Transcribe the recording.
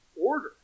order